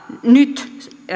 nyt